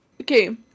Okay